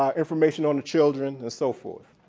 um information on the children and so forth.